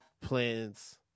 plans